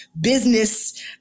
business